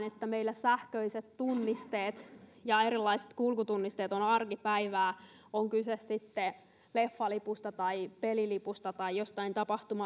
että meillä sähköiset tunnisteet ja erilaiset kulkutunnisteet ovat arkipäivää on kyse sitten leffalipusta tai pelilipusta tai jostain